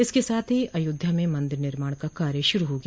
इसके साथ ही अयोध्या में मन्दिर निर्माण का कार्य शुरू हो गया